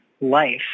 life